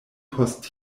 post